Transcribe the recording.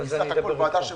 זה סך הכול ועדה שמפקחת.